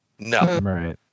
No